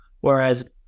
Whereas